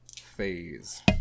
phase